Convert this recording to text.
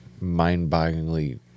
mind-bogglingly